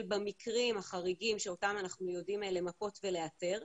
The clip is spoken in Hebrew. במקרים החריגים שאותם אנחנו יודעים למפות ולאתר.